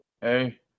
Hey